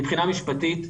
מבחינה משפטית,